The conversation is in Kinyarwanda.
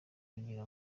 kugira